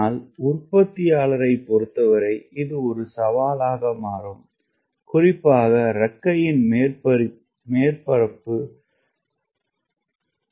ஆனால் உற்பத்தியாளரைப் பொறுத்தவரை இது ஒரு சவாலாக மாறும் குறிப்பாக இறக்கையின் மேற்பரப்பு பராமரிப்பு